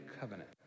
covenant